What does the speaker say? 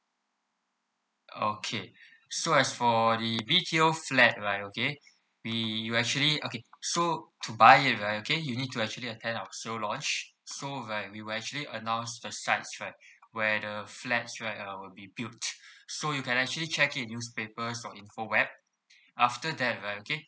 okay so as for the B_T_O flat right okay we you actually okay so to buy it right okay you need to actually attend our sale launch so where we will actually announce besides right where the flats right uh will be built so you can actually check in newspaper or info web after that right okay